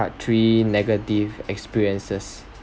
part three negative experiences